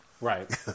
Right